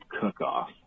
cook-off